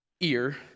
ear